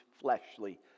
fleshly